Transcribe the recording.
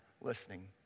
listening